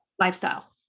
lifestyle